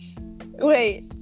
Wait